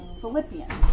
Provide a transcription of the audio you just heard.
Philippians